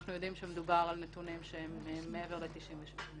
אנחנו יודעים שמדובר בנתונים שהם מעבר ל-95%.